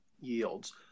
yields